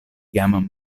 jam